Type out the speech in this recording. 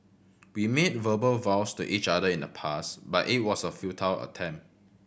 we made verbal vows to each other in the past but it was a futile attempt